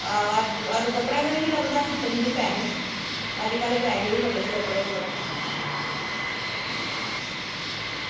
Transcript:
अदूं कपड़ा गै निं हा लभदा ते निही पैसे अज्जकल पैहे बी बड़े ते कपड़ा बी बड़ा